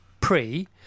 pre